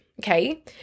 Okay